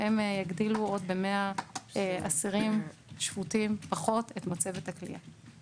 והם יגדילו עוד ב-100 אסירים שפוטים פחות את מצבת הכליאה.